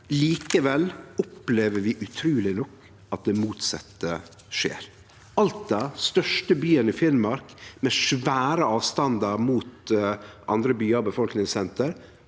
Likevel opplever vi utruleg nok at det motsette skjer. Alta, den største byen i Finnmark – med svære avstandar til andre byar og befolkningssenter